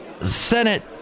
Senate